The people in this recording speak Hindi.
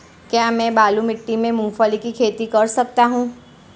क्या मैं बालू मिट्टी में मूंगफली की खेती कर सकता हूँ?